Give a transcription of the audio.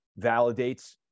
validates